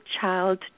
child